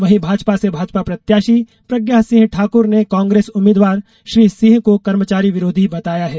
वहीं भोपाल से भाजपा प्रत्याशी प्रज्ञा सिंह ठाक्र ने कांग्रेस उम्मीदवार श्री सिंह को कर्मचारी विरोधी बताया है